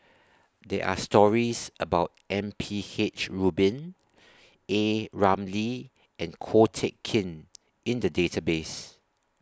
There Are stories about M P H Rubin A Ramli and Ko Teck Kin in The Database